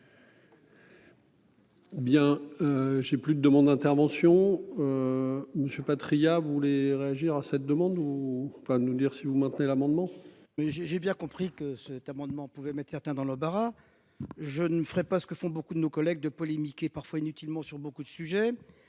Bien. J'ai plus de demandes d'intervention. Monsieur Patriat, vous voulez réagir à cette demande ou enfin nous dire si vous maintenez l'amendement. Mais j'ai j'ai bien compris que cet amendement pouvaient maître-certains dans le Bas-Rhin. Je ne ferais pas ce que font beaucoup de nos collègues de polémiquer parfois inutilement sur beaucoup de sujets,